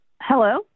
Hello